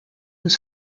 was